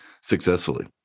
successfully